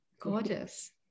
gorgeous